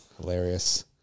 hilarious